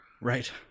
Right